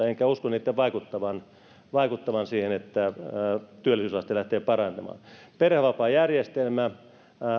enkä usko niitten vaikuttavan vaikuttavan siihen että työllisyysaste lähtee parantumaan perhevapaajärjestelmä